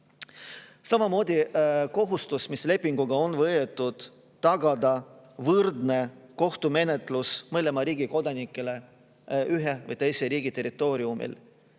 Samamoodi kohustus, mis lepinguga on võetud, tagada võrdne kohtumenetlus mõlema riigi kodanikele ühe või teise riigi territooriumil.